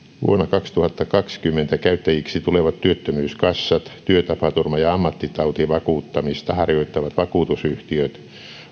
kaksituhattakaksikymmentä käyttäjiksi tulevat työttömyyskassat työtapaturma ja ammattitautivakuuttamista harjoittavat vakuutusyhtiöt